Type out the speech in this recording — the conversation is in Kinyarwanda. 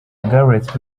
gareth